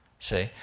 See